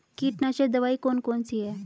कीटनाशक दवाई कौन कौन सी हैं?